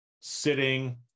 sitting